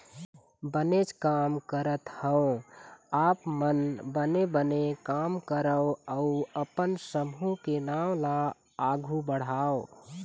बनेच काम करत हँव आप मन बने बने काम करव अउ अपन समूह के नांव ल आघु बढ़ाव